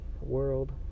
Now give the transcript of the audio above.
World